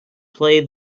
play